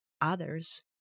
others